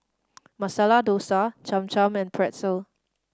Masala Dosa Cham Cham and Pretzel